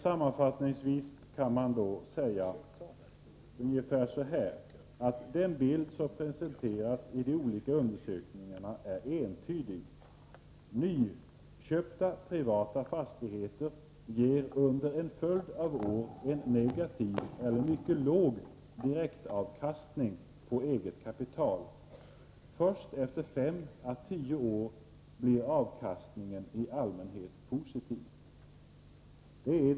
Sammanfattningsvis kan man säga att det är följande bild som presenteras i de olika undersökningarna: nyköpta privata fastigheter ger under en följd av år en negativ eller mycket låg direktavkastning på eget kapital. Först efter fem å tio år blir avkastningen i allmänhet positiv.